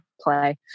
play